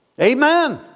Amen